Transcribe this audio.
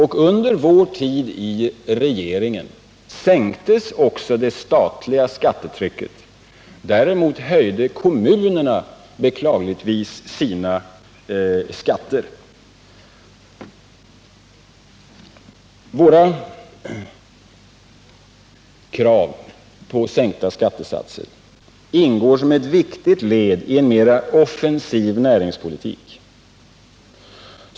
Under vår tid i regeringen sänktes också det statliga skattetrycket. Däremot höjde kommunerna beklagligtvis sina skatter. Våra krav på sänkta skattesatser ingår som ett viktigt led i en mera offensiv näringspolitik.